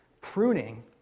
pruning